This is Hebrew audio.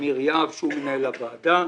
אמיר יהב שהוא מנהל הוועדה.